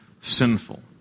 sinful